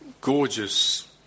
gorgeous